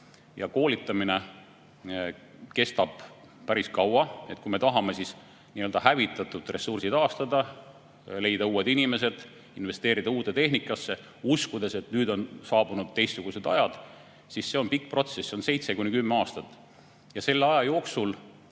Aga koolitamine kestab päris kaua. Kui me tahame hävitatud ressursi taastada, leida uued inimesed, investeerida uude tehnikasse, uskudes, et nüüd on saabunud teistsugused ajad – see on pikk protsess, kestab 7–10 aastat. Ja selle aja jooksul